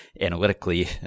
analytically